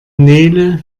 nele